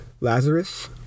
Lazarus